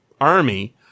army